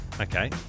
Okay